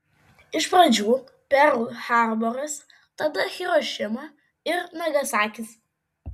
iš pradžių perl harboras tada hirošima ir nagasakis